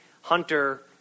hunter